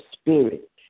spirit